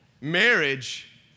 Marriage